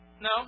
no